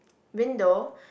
window